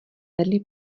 vedli